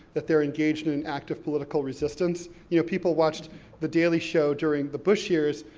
that they're engaged in an act of political resistance. you know, people watched the daily show during the bush years,